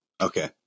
Okay